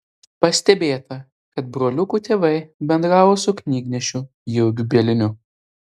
pastebėta kad broliukų tėvai bendravo su knygnešiu jurgiu bieliniu